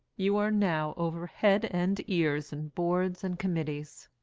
you are now over head and ears in boards and committees,